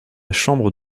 chambre